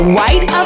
White